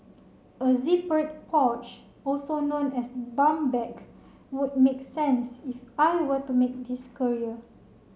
a zippered pouch also known as bum bag would make sense if I were to make this career